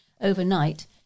overnight